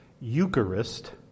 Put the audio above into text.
Eucharist